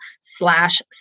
slash